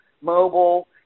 mobile